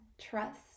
trust